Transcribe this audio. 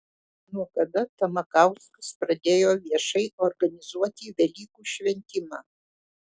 nuo kada tamakauskas pradėjo viešai organizuoti velykų šventimą